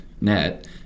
net